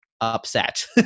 upset